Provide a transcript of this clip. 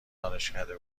دانشکده